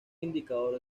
indicador